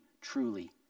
truly